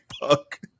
fuck